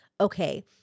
okay